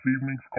evening's